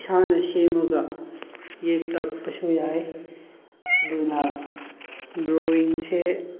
ꯏꯁꯥꯅ ꯁꯦꯝꯃꯒ ꯌꯦꯛꯂꯛꯄꯁꯨ ꯌꯥꯏ ꯑꯗꯨꯅ ꯗ꯭ꯔꯣꯋꯤꯡꯁꯦ